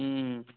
হুম হুম